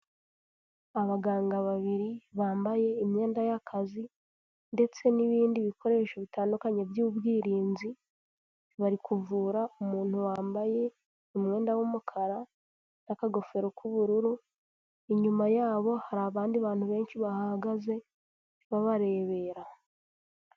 Abaganga babiri bambaye imyenda y'akazi ndetse n'ibindi bikoresho bitandukanye by'ubwirinzi, bari kuvura umuntu wambaye umwenda w'umukara n'akagofero k'ubururu, inyuma yabo hari abandi bantu benshi bahahagaze babarebera.